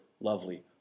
lovely